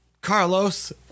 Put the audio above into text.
Carlos